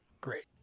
Great